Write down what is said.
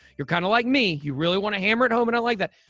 you're kind of like me. you really want to hammer it home and i like that.